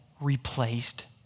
replaced